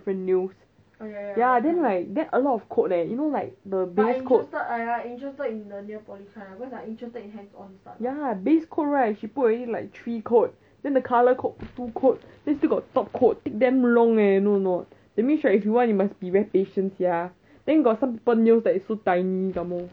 for nails ya then like then a lot of coat leh you know like the base coat base coat she put already three coats then the colour coats two coats then still got top coat damn long leh you know not that means right if you want you must be very patient sia then got some people nails that is so tiny some more